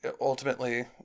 ultimately